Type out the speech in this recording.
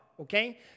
Okay